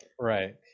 Right